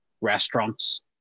restaurants